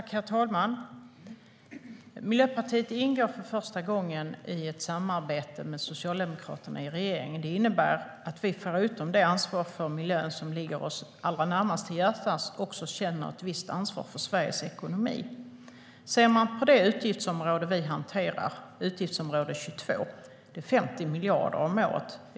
Herr talman! Miljöpartiet ingår för första gången i ett regeringssamarbete med Socialdemokraterna. Det innebär att vi förutom att ha ett ansvar för miljön, som ligger våra hjärtan närmast, känner ett visst ansvar för Sveriges ekonomi. Utgiftsområde 22, som vi hanterar, omfattar 50 miljarder om året.